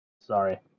Sorry